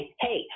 hey